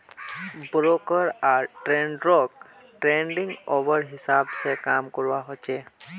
broker or ट्रेडररोक trading hour हिसाब से काम करवा होचे